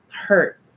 hurt